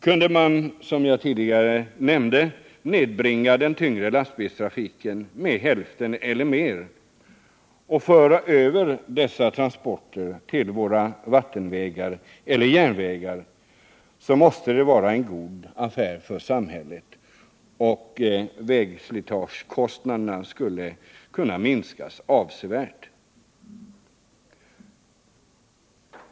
Kunde man, som jag tidigare nämnt, nedbringa den tyngre lastbilstrafiken med hälften eller mer och föra över dessa transporter till våra vattenvägar eller järnvägar, måste det vara en god affär för samhället. Bl.a. skulle således vägslitagekostnaderna därigenom kunna minskas avsevärt.